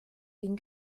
den